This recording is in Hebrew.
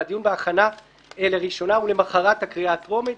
והדיון בהכנה לראשונה הוא למחרת הקריאה הטרומית,